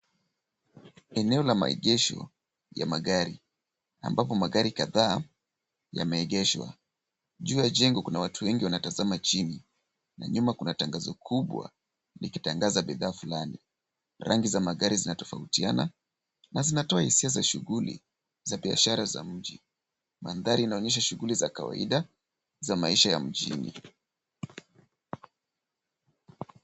Eneo la maegesho ya magari ambapo magari kadhaa yameegeshwa. Juu ya jengo kuna watu wengi wanatazama chini na nyuma kuna tangazo kubwa likitangaza bidhaa fulani. Rangi za magari zinatofautiana na zinatoa hisia za shughuli za biashara za mji. Mandhari inaonyesha shughuli za kawaida za maisha ya mjini.